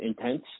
intense